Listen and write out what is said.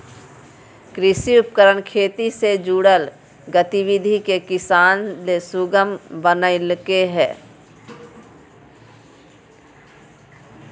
कृषि उपकरण खेती से जुड़ल गतिविधि के किसान ले सुगम बनइलके हें